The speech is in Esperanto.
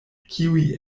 kiuj